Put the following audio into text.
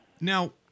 Now